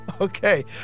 Okay